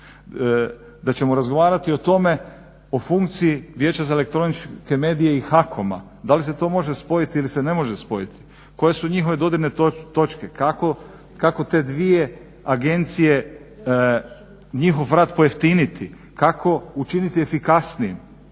da ćemo razgovarati o tome, o funkciji Vijeća za elektroničke medije i HAKOM-a da li se to može spojiti ili se ne može spojiti, koje su njihove dodirne toke, kako te dvije agencije njihov rad pojeftiniti, kako učiniti efikasnijim.